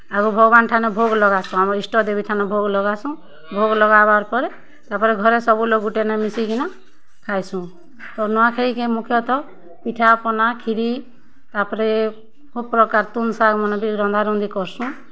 ଆଗ ଭଗ୍ବାନ୍ଠାନ୍ ଭୋଗ୍ ଲଗାସୁଁ ଆମର୍ ଇଷ୍ଟଦେବୀ ଠାନେ ଭୋଗ୍ ଲଗାସୁଁ ଭୋଗ୍ ଲଗାବାର୍ ପରେ ତାପରେ ଘରେ ସବୁ ଲୋକ୍ ଗୁଟେନେ ମିଶିକିନା ଖାଏସୁଁ ତ ନୂଆଖାଇକେ ମୁଖ୍ୟତଃ ପିଠା ପନା ଖିରି ତାପରେ ଖୋବ୍ ପ୍ରକାର୍ ତୁନ୍ ଶାଗ୍ ମାନେ ବି ରନ୍ଧା ରନ୍ଧି କର୍ସୁଁ